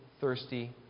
thirsty